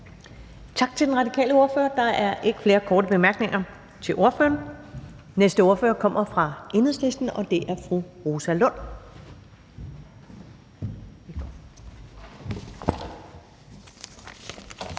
Tak til hr. Rasmus Stoklund. Der er ikke flere korte bemærkninger til ordføreren. Næste ordfører kommer fra Venstre, og det er fru Heidi Bank.